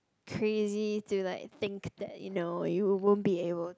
crazy to like think that you know you won't be able